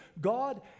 God